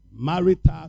marital